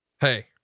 hey